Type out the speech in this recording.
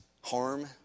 harm